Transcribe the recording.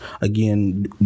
again